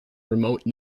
remote